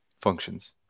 functions